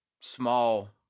small